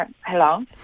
Hello